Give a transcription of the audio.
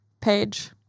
page